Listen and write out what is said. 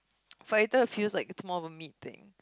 Fajita feels like its more of a meat thing